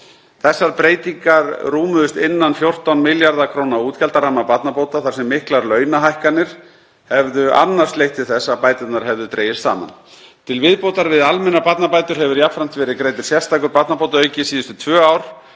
Þessar breytingar rúmuðust innan 14 milljarða kr. útgjaldaramma barnabóta þar sem miklar launahækkanir hefðu annars leitt til þess að bæturnar hefðu dregist saman. Til viðbótar við almennar barnabætur hefur jafnframt verið greiddur sérstakur barnabótaauki síðustu tvö ár